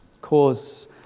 Cause